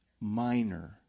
minor